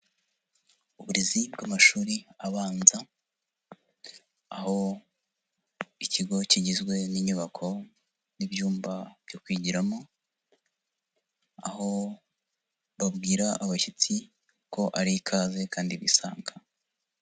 Uburezi bw'amashuri abanza aho ikigo kigizwe n'inyubako n'ibyumba byo kwigiramo, aho babwira abashyitsi ko ari ikaze kandi bisanga.